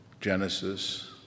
Genesis